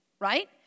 Right